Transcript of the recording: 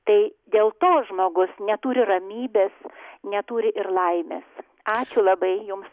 tai dėl to žmogus neturi ramybės neturi ir laimės ačiū labai jums